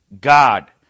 God